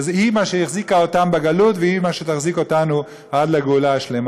שהיא שהחזיקה אותם בגלות והיא מה שתחזיק אותנו עד לגאולה השלמה.